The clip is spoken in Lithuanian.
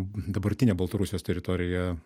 dabartinę baltarusijos teritoriją